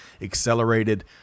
accelerated